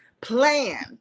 Plan